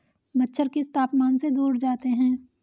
मच्छर किस तापमान से दूर जाते हैं?